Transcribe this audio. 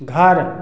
घर